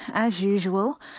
as usual,